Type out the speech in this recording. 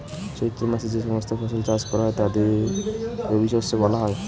চৈত্র মাসে যে সমস্ত ফসল চাষ করা হয় তাকে রবিশস্য বলা হয়